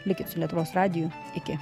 likit su lietuvos radiju iki